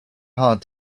hard